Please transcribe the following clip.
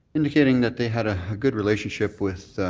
indicating that they had a good relationship with